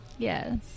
yes